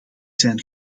zijn